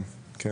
כן.